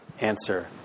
answer